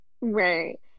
Right